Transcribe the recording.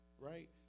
right